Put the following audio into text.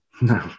no